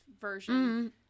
version